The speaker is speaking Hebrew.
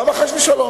למה חס ושלום?